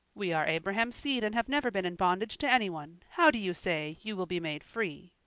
we are abraham's seed, and have never been in bondage to anyone. how do you say, you will be made free